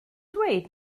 dweud